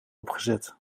opgezet